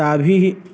ताभिः